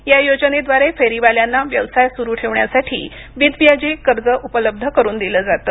या योजनेद्वारे फेरीवाल्यांना व्यवसाय सुरू ठेवण्यासाठी बिनव्याजी कर्ज उपलब्ध करून दिलं जातं